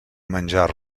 menjar